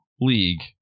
league